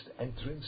entrance